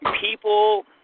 people